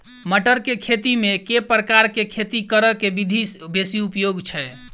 मटर केँ खेती मे केँ प्रकार केँ खेती करऽ केँ विधि बेसी उपयोगी छै?